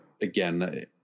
again